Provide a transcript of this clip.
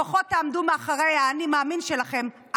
לפחות תעמדו מאחורי ה"אני מאמין" שלכם.